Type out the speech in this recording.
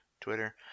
twitter